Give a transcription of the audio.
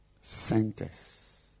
centers